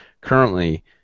Currently